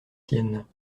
siennes